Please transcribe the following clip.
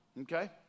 okay